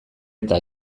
eta